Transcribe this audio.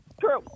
True